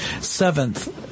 seventh